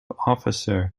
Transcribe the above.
officer